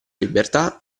libertà